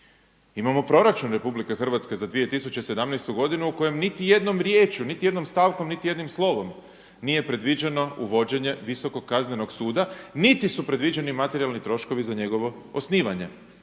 Imamo proračun RH za 2017. godinu u kojem niti jednom riječju, niti jednom stavkom, niti jednim slovom nije predviđeno uvođenje Visokog kaznenog suda niti su predviđeni materijalni troškovi za njegovo osnivanje.